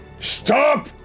Stop